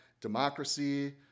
Democracy